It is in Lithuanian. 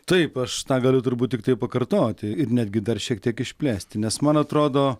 taip aš tą galiu turbūt tiktai pakartoti ir netgi dar šiek tiek išplėsti nes man atrodo